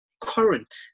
current